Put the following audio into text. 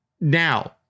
Now